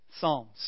Psalms